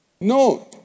No